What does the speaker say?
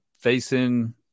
facing